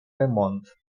ремонт